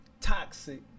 toxic